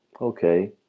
okay